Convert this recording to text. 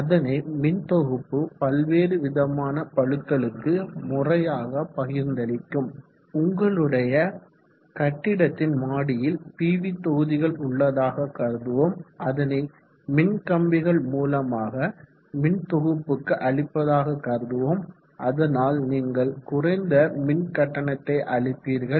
அதனை மின் தொகுப்பு பல்வேறு விதமான பளுக்களுக்கு முறையாக பகிர்ந்தளிக்கும் உங்களுடைய கட்டிடத்தின் மாடியில் பிவி தொகுதிகள் உள்ளதாக கருதுவோம் அதனை மின்கம்பிகள் மூலமாக மின்தொகுப்புக்கு அளிப்பதாக கருதுவோம் அதனால் நீங்கள் குறைந்த மின் கட்டணத்தை அளிப்பீர்கள்